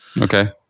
Okay